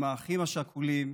עם האחים השכולים,